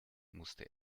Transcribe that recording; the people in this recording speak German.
musste